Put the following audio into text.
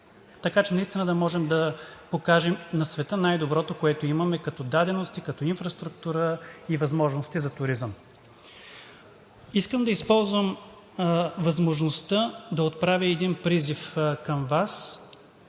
така че наистина да можем да покажем на света най-доброто, което имаме като дадености, инфраструктура и възможности за туризъм. Искам да използвам възможността да отправя един призив към Вас.